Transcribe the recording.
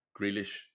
Grealish